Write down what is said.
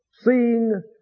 Seeing